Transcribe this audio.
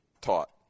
taught